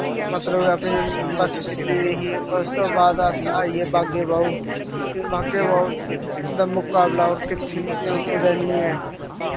मतलब कि अपनी बस कीती दी ही उस तो बाद अस आई गे बाग ए बहु बाग ए बहु दा मुकाबला होर कित्थे कुतै नि ऐ